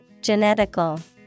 Genetical